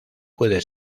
puede